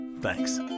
Thanks